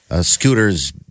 Scooters